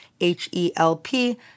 H-E-L-P